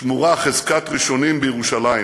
שמורה חזקת ראשונים בירושלים.